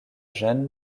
jeanne